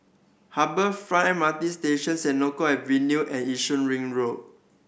Harbour Front M R T Station Senoko Avenue and Yishun Ring Road